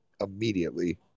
immediately